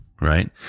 right